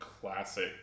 classic